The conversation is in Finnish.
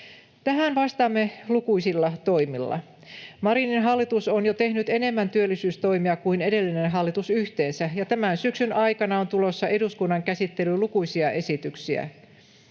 Tähän vastaamme lukuisilla toimilla. Marinin hallitus on jo tehnyt enemmän työllisyystoimia kuin edellinen hallitus yhteensä, ja tämän syksyn aikana on tulossa eduskunnan käsittelyyn lukuisia esityksiä.